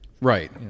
Right